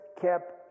kept